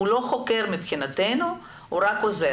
הוא מבחינתנו לא חוקר אלא הוא רק עוזר.